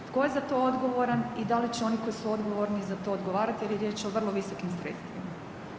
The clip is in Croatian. Tko je za to odgovoran i da li će oni koji su odgovorni za to odgovarati jer je riječ o vrlo visokim sredstvima?